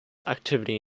activity